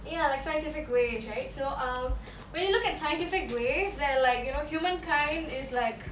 ya like scientific ways right so um when you look at scientific ways that are like you know human kind is like